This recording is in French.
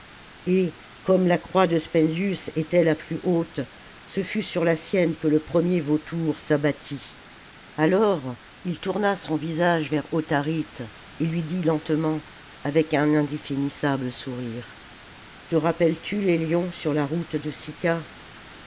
et comme la croix de spendius était la plus haute ce fut sur la sienne que le premier vautour s'abattit alors il tourna son visage vers autharite et lui dit lentement avec un indéfinissable sourire te rappelles-tu les lions sur la route de sicca